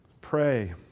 Pray